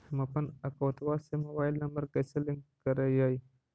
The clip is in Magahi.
हमपन अकौउतवा से मोबाईल नंबर कैसे लिंक करैइय?